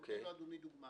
אביא דוגמה